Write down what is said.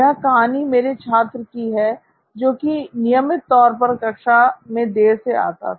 यह कहानी मेरे छात्र की है जो कि नियमित तौर पर कक्षा में देर से आता था